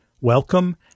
Welcome